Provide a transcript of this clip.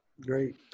Great